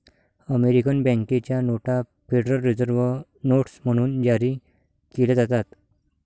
American बँकेच्या नोटा federal reserve notes म्हणून जारी केल्या जातात